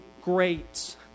great